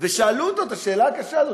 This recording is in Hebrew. ושאלו אותו את השאלה הקשה הזאת,